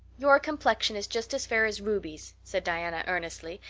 your complexion is just as fair as ruby's, said diana earnestly,